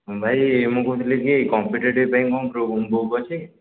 ଭାଇ ମୁଁ କହୁଥିଲି କି କମ୍ପିଟେଟିଭ୍ ପାଇଁ କ'ଣ ବୁକ୍ ଅଛି